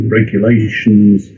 regulations